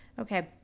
Okay